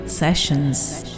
sessions